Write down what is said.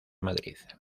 madrid